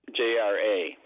JRA